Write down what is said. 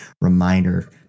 reminder